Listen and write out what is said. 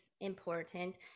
important